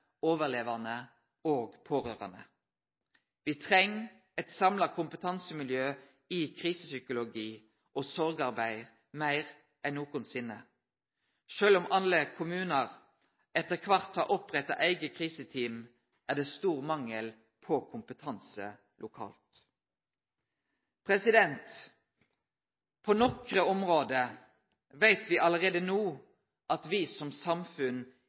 overlevande og pårørande. Me treng eit samla kompetansemiljø i krisepsykologi og sorgarbeid meir enn nokosinne. Sjølv om alle kommunar etter kvart har oppretta eigne kriseteam, er det stor mangel på kompetanse lokalt. På nokre område veit me allereie no at me som samfunn